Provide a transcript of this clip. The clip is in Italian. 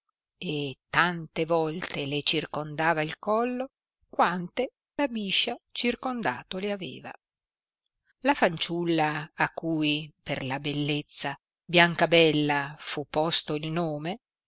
e tante volte le circondava il collo quante la biscia circondato le aveva la fanciulla a cui per la bellezza biancabella fu posto il nome